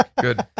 good